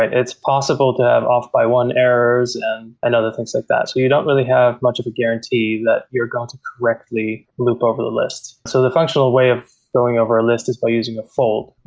it's possible to have off by one error and and other things like that. so you don't really have much of a guarantee that you're going to correctly loop over the list. so the functional way of going over a list is by using a fold.